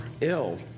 ill